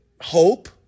Hope